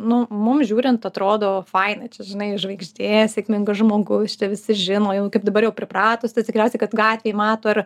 nu mum žiūrint atrodo faina čia žinai žvaigždė sėkmingas žmogus čia visi žino kaip dabar jau pripratus tai tikriausiai kad gatvėj mato ir